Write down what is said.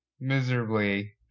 miserably